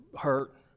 hurt